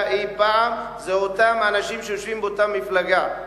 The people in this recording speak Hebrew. אי-פעם זה אותם אנשים שיושבים באותה מפלגה.